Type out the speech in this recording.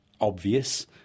obvious